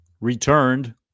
returned